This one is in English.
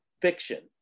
fiction